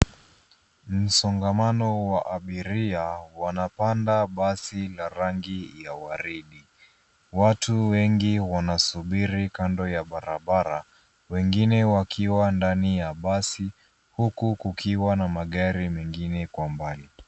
Msongamano wa abiria wanapanda basi la rangi ya waridi. Watu wengi wanasubiri kando ya wabarabara, wengine wakiwa ndani ya basi huku kukiwa na mgari mengine kwa mbali.